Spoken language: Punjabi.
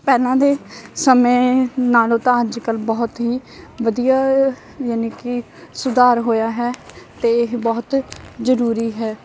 ਪਹਿਲਾਂ ਦੇ ਸਮੇਂ ਨਾਲੋਂ ਤਾਂ ਅੱਜ ਕੱਲ੍ਹ ਬਹੁਤ ਹੀ ਵਧੀਆ ਯਾਨੀ ਕਿ ਸੁਧਾਰ ਹੋਇਆ ਹੈ ਅਤੇ ਇਹ ਬਹੁਤ ਜ਼ਰੂਰੀ ਹੈ